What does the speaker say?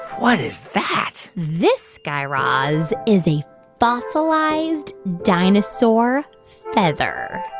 what is that? this, guy raz, is a fossilized dinosaur feather